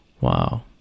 Wow